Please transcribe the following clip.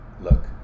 look